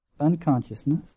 Unconsciousness